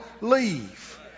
leave